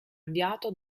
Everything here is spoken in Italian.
avviato